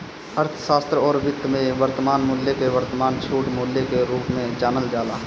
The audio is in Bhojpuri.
अर्थशास्त्र अउरी वित्त में वर्तमान मूल्य के वर्तमान छूट मूल्य के रूप में जानल जाला